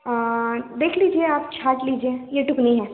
देख लीजिए आप छांट लीजिए ये तो